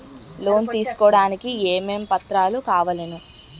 Loan తీసుకోడానికి ఏమేం పత్రాలు కావలెను?